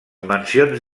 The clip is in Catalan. mencions